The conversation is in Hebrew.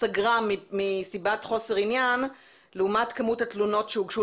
סגרה מסיבת חוסר עניין לעומת כמות התלונות שהוגשו